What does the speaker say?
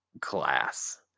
class